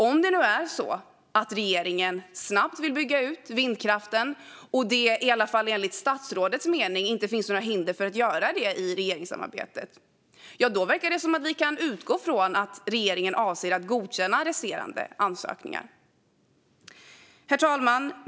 Om det nu är så att regeringen snabbt vill bygga ut vindkraften, och om det i alla fall enligt statsrådets mening inte finns några hinder för att göra det i regeringssamarbetet, verkar det som att vi kan utgå från att regeringen avser att godkänna resterande ansökningar. Herr talman!